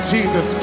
Jesus